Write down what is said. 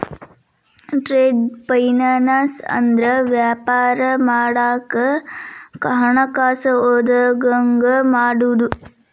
trade finance ಅಂದ್ರ ವ್ಯಾಪಾರ ಮಾಡಾಕ ಹಣಕಾಸ ಒದಗಂಗ ಮಾಡುದು